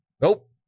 nope